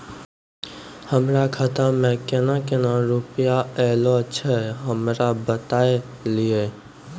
हमरो खाता मे केना केना रुपैया ऐलो छै? हमरा बताय लियै?